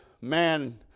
man